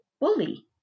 bully